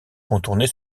contourner